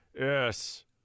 Yes